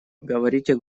говорите